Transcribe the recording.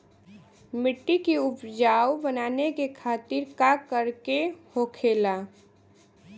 मिट्टी की उपजाऊ बनाने के खातिर का करके होखेला?